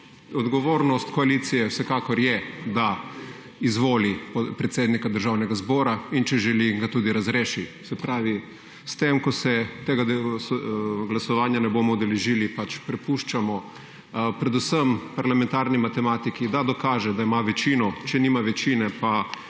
odgovornost koalicije vsekakor je, da izvoli predsednik Državnega zbora in če želi in ga tudi razreši se pravi s tem, ko se tega glasovanja ne bomo udeležili pač prepuščamo predvsem parlamentarni matematiki, da dokaže, da ima večno, če nima večine pa